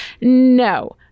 No